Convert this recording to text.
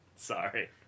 Sorry